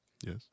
Yes